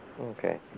Okay